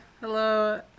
hello